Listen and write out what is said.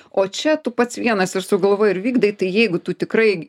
o čia tu pats vienas ir sugalvoji ir vykdai tai jeigu tu tikrai